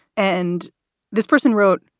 and this person wrote,